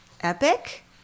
epic